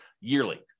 yearly